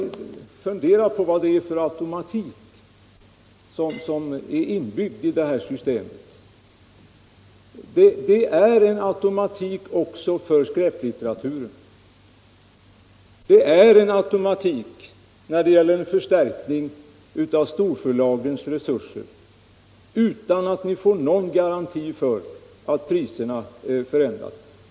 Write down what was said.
Jag har funderat på vad det är för automatik som är inbyggd i systemet. Jo, det är en automatik också för skräplitteratur. Det är en automatik när det gäller förstärkning av storförlagens resurser utan att ni får någon garanti för att priserna förändras.